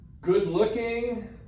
good-looking